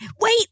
Wait